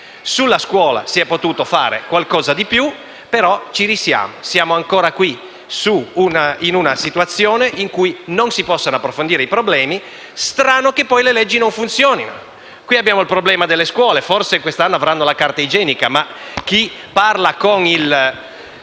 Sulla scuola si è potuto fare qualcosa di più, però ci risiamo: siamo ancora in una situazione in cui non si possono approfondire i problemi. Strano che poi le leggi non funzionino! Oggi affrontiamo il problema delle scuole. Quest'anno le scuole avranno forse la carta igienica, ma chi parla con il